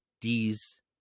d's